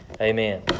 Amen